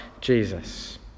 Jesus